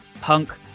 punk